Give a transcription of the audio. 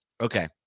Okay